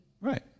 Right